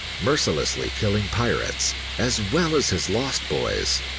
mercilessly killing pirates as well as his lost boys.